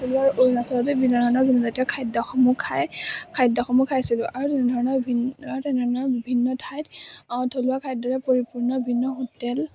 থলুৱা অৰুণাচলতে বিভিন্ন ধৰণৰ জনজাতীয় খাদ্যসমূহ খাই খাদ্যসমূহ খাইছিলোঁ আৰু তেনেধৰণৰ তেনেধৰণৰ বিভিন্ন ঠাইত থলুৱা খাদ্যৰে পৰিপূৰ্ণ বিভিন্ন হোটেল